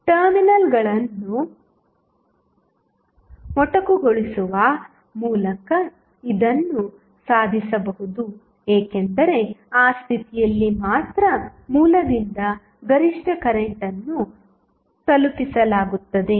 ಟರ್ಮಿನಲ್ಗಳನ್ನು ಮೊಟಕುಗೊಳಿಸುವ ಮೂಲಕ ಇದನ್ನು ಸಾಧಿಸಬಹುದು ಏಕೆಂದರೆ ಆ ಸ್ಥಿತಿಯಲ್ಲಿ ಮಾತ್ರ ಮೂಲದಿಂದ ಗರಿಷ್ಠ ಕರೆಂಟ್ ಅನ್ನು ತಲುಪಿಸಲಾಗುತ್ತದೆ